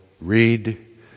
read